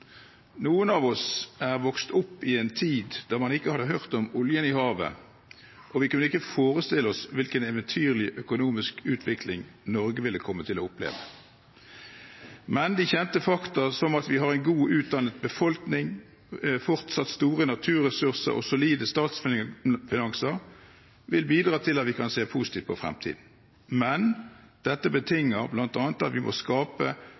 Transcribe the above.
Noen av oss er vokst opp i en tid da man ikke hadde hørt om oljen i havet, og vi kunne ikke forestille oss hvilken eventyrlig økonomisk utvikling Norge ville komme til å oppleve. De kjente fakta, som at vi har en godt utdannet befolkning, fortsatt store naturressurser og solide statsfinanser, vil bidra til at vi kan se positivt på fremtiden, men dette betinger bl.a. at vi må skape